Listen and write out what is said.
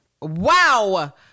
Wow